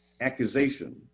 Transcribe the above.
accusation